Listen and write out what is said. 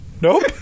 Nope